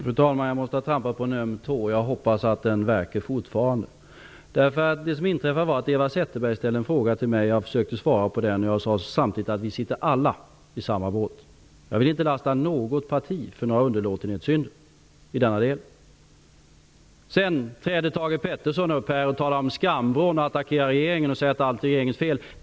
Fru talman! Jag måste ha trampat på en öm tå. Jag hoppas att den fortfarande värker. Det som inträffade var att Eva Zetterberg ställde en fråga till mig. Jag försökte svara på den. Jag sade samtidigt att vi alla sitter i samma båt. Jag vill inte lasta något parti för några underlåtenhetssynder i denna del. Sedan träder Thage G Peterson fram och talar om skamvrån och attackerar regeringen och säger att allt är regeringens fel.